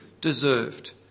deserved